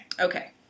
Okay